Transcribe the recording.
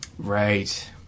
Right